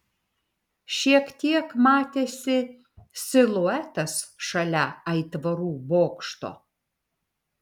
šiek tiek matėsi siluetas šalia aitvarų bokšto